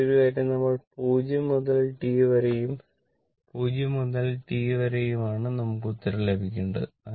മറ്റൊരു കാര്യം നമ്മൾ 0 മുതൽ t വരെയും 0 മുതൽ T വരെയുമാണ് നമുക്ക് ഉത്തരം ലഭിക്കേണ്ടത്